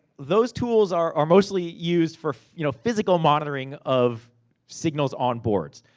those tools are mostly used for you know physical monitoring of signals on boards.